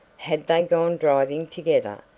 had they gone driving together,